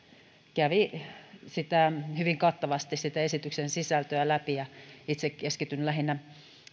kävi hyvin kattavasti sitä esityksen sisältöä läpi ja itse keskityn lähinnä